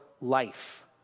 life